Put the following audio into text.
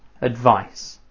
advice